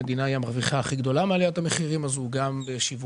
המדינה היא המרוויחה הכי גדולה מעליית המחירים הזאת גם בשיווקי